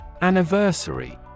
Anniversary